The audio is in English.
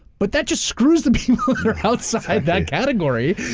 but that just screws the people that are outside that category.